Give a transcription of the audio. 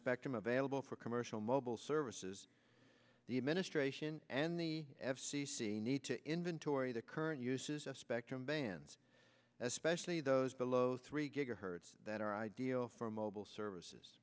spectrum available for commercial mobile services the administration and the f c c need to inventory the current uses a spectrum bands especially those below three gigahertz that are ideal for mobile services